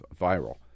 viral